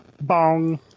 Bong